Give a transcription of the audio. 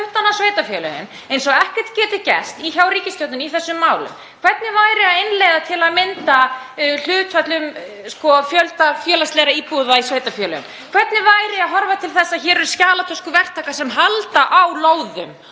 eins og ekkert geti gerst hjá ríkisstjórninni í þessum málum. Hvernig væri að innleiða hlutföll um fjölda félagslegra íbúða í sveitarfélögum? Hvernig væri að horfa til þess að hér eru skjalatöskuverktakar sem halda á lóðum